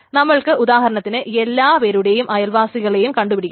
നമ്മൾക്ക് ഉദാഹരണത്തിന് എല്ലാ പേരുടെയും അയൽവാസികളെയും കണ്ടു പിടിക്കണം